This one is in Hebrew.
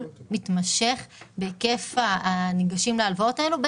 מתמשך בהיקף הניגשים להלוואות האלו.